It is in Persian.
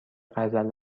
قزل